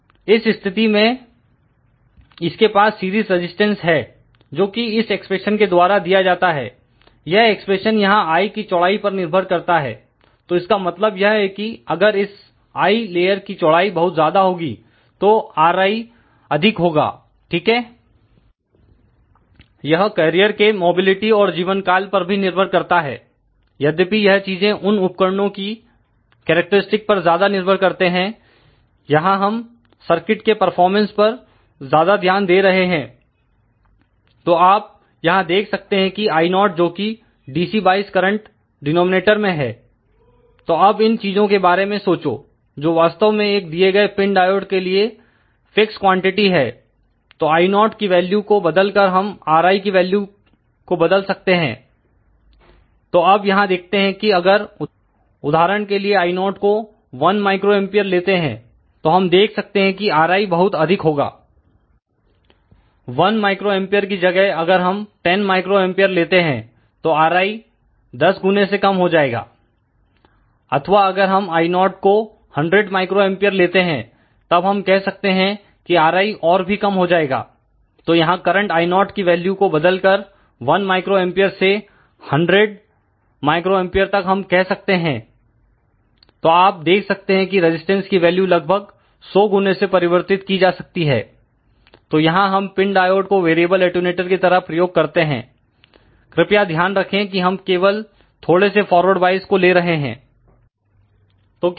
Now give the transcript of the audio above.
इस स्थिति में इसके पास सीरीज रजिस्टेंस है जोकि इस एक्सप्रेशन के द्वारा दिया जाता है यह एक्सप्रेशन यहां I की चौड़ाई पर निर्भर करता है तो इसका मतलब यह है कि अगर इस I लेयर की चौड़ाई बहुत ज्यादा होगी तो Ri अधिक होगा ठीक है यह कैरियर के मोबिलिटी और जीवनकाल पर भी निर्भर करता है यद्यपि यह चीजें उन उपकरणों की कैरेक्टरस्टिक पर ज्यादा निर्भर करते हैं यहां हम सर्किट के परफॉर्मेंस पर ज्यादा ध्यान दे रहे हैं तो आप यहां देख सकते हैं कि I0 जोकि डीसी वॉइस करंट डिनॉमिनेटर में है तो अब इन चीजों के बारे में सोचो जो वास्तव में एक दिए गए पिन डायोड के लिए फिक्स क्वांटिटी है तो I0 की वैल्यू को बदलकर हम Ri की वैल्यू को बदल सकते हैं तो अब यहां देखते हैं कि अगर उदाहरण के लिए I0 को 1 माइक्रो एंपियर लेते हैं तो हम देख सकते हैं कि Ri बहुत अधिक होगा 1 माइक्रो एंपियर की जगह अगर हम 10 माइक्रो एंपियर लेते हैं तो Ri 10 गुने से कम हो जाएगा अथवा अगर हम I0 को 100 माइक्रो एंपियर लेते हैं तब हम कह सकते हैं कि Ri और भी कम हो जाएगा तो यहां करंट I0 की वैल्यू को बदलकर 1 माइक्रो एंपियर से 100 माइक्रो एंपियर तक हम कह सकते हैं तो आप देख सकते हैं कि रजिस्टेंस की वैल्यू लगभग 100 गुने से परिवर्तित की जा सकती है तो यहां हम पिन डायोड को वेरिएबल अटैंयूटर की तरह प्रयोग करते हैं कृपया ध्यान रखें कि हम केबल थोड़े से फॉरवर्ड वॉइस को ले रहे हैं तो क्या होगा